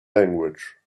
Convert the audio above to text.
language